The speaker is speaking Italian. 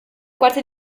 quarti